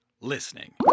listening